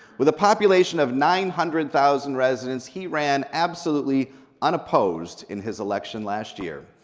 with a population of nine hundred thousand residents, he ran absolutely unopposed in his election last year.